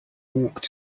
walked